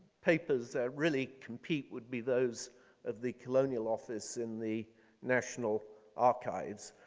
papers that really compete would be those of the colonial office in the national archives.